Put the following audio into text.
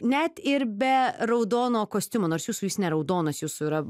net ir be raudono kostiumo nors jūsų jis ne raudonas jūsų yra